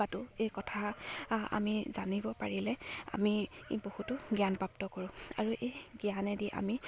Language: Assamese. পাতোঁ এই কথা আমি জানিব পাৰিলে আমি বহুতো জ্ঞানপ্ৰাপ্ত কৰোঁ আৰু এই জ্ঞানেদি আমি